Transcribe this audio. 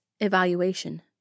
evaluation